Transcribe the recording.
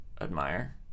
admire